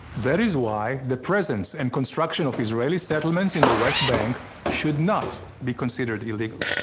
that is why the presence and construction of israeli settlements in the west bank should not be considered illegal.